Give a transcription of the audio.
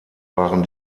waren